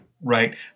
Right